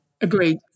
Agreed